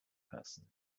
person